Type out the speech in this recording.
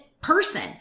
person